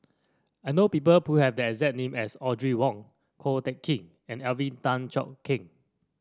I know people who have the exact name as Audrey Wong Ko Teck Kin and Alvin Tan Cheong Kheng